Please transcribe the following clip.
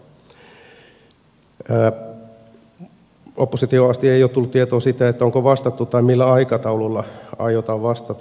oppositioon asti ei ole tullut tietoa siitä onko vastattu tai millä aikataululla aiotaan vastata